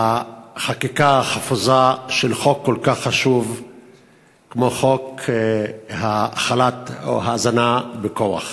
לחקיקה החפוזה של חוק כל כך חשוב כמו חוק הזנה בכוח.